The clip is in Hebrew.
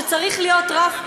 שצריך להיות רף,